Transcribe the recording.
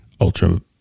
ultra